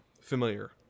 familiar